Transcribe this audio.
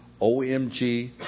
OMG